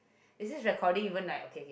is this recording even like okay